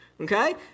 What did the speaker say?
okay